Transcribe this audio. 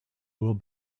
will